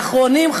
ואחרונים,